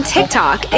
TikTok